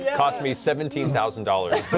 yeah cost me seventeen thousand dollars